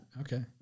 Okay